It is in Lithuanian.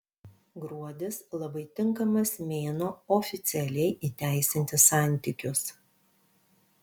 gruodis labai tinkamas mėnuo oficialiai įteisinti santykius